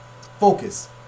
focus